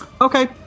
Okay